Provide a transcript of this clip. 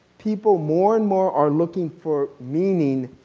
people more and more are looking for meaning,